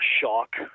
shock